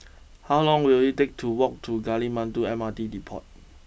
how long will it take to walk to Gali Batu M R T Depot